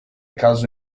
caso